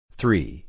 three